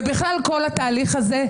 ובכלל כל התהליך הזה,